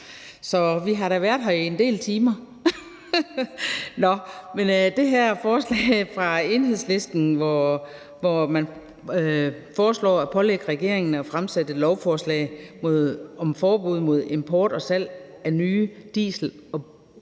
så vi har da været her i en del timer. Med det her forslag fra Enhedslisten foreslår man at pålægge regeringen at fremsætte et lovforslag om forbud mod import og salg af nye benzin- og dieselbiler